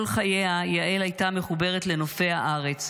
כל חייה יעל הייתה מחוברת לנופי הארץ,